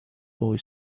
boy